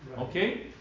Okay